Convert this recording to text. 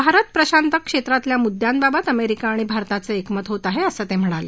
भारत प्रशांत क्षेत्रातल्या मुद्यांबाबत अमेरिका आणि भारताचं एकमत होत आहे असं ते म्हणाले